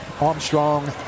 Armstrong